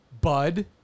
bud